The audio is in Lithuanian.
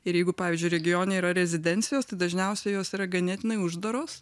ir jeigu pavyzdžiui regione yra rezidencijos tai dažniausiai jos yra ganėtinai uždaros